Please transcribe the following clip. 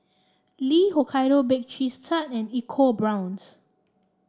Lee Hokkaido Baked Cheese Tart and ecoBrown's